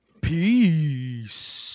Peace